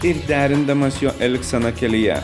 ir derindamas jo elgseną kelyje